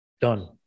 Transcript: done